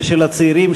ולצעירים,